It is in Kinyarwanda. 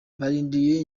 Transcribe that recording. barindiriye